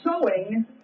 sewing